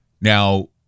Now